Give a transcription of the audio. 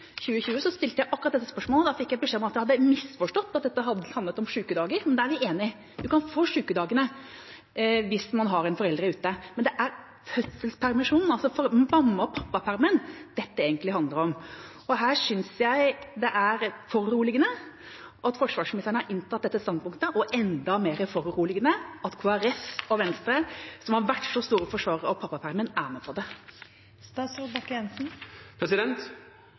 2020, stilte jeg akkurat dette spørsmålet, og da fikk jeg beskjed om at jeg hadde misforstått, og at dette handlet om sykedager. Men da er vi enige: Man kan få sykedagene hvis man har en forelder ute, men det er fødselspermisjonen, altså mamma- og pappapermisjonen, dette egentlig handler om. Jeg synes det er foruroligende at forsvarsministeren har inntatt dette standpunktet, men det er enda mer foruroligende at Kristelig Folkeparti og Venstre, som har vært sterke forsvarere av pappapermisjonen, er med på det.